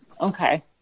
Okay